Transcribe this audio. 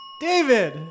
David